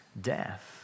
death